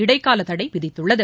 இடைக்கால தடை விதித்துள்ளது